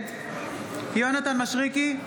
נגד יונתן מישרקי,